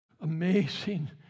amazing